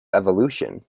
evolution